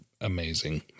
amazing